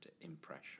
impression